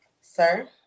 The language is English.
sir